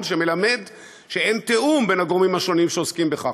שמלמד שאין תיאום בין הגורמים השונים שעוסקים בכך,